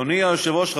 אדוני היושב-ראש,